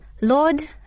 Lord